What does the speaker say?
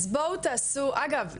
אגב,